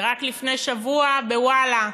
ורק לפני שבוע ב"וואלה":